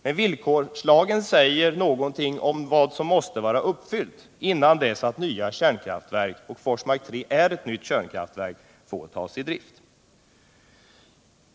Men villkorslagen säger någonting om vad som måste vara uppfyllt, innan nya kärnkraftverk — och Forsmark 3 är ett nytt kärnkraftverk — får tas i drift.